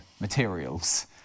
materials